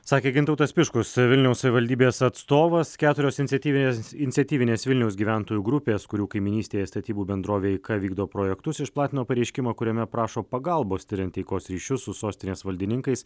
sakė gintautas tiškus vilniaus savivaldybės atstovas keturios iniciatyvinės iniciatyvinės vilniaus gyventojų grupės kurių kaimynystėje statybų bendrovė eika vykdo projektus išplatino pareiškimą kuriame prašo pagalbos tiriant taikos ryšius su sostinės valdininkais